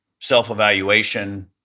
self-evaluation